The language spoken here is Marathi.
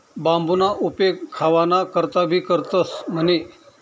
बांबूना उपेग खावाना करता भी करतंस म्हणे